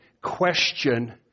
question